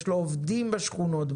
יש לו עובדים בשכונות,